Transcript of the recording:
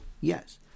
Yes